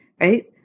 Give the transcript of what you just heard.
right